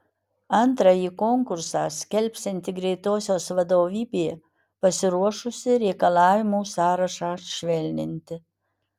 antrąjį konkursą skelbsianti greitosios vadovybė pasiruošusi reikalavimų sąrašą švelninti